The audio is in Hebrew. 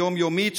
היום-יומית,